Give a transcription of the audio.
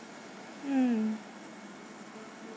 mm